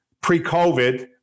pre-covid